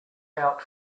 out